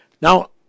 Now